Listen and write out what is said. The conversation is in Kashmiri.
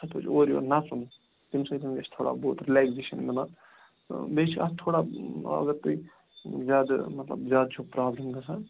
تٔمۍ ساتہٕ پَزِ اورٕ یورٕ نَژُن تٔمۍ سۭتۍ گژھِ تھوڑا رِلیکزیشَن مِلہِ بیٚیہِ چھِ اَتھ تھوڑا اَگر تُہۍ زیادٕ مطلب زیادٕ چھو پرابلِم گژھان